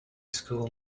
school